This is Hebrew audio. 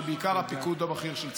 ובעיקר הפיקוד הבכיר של צה"ל.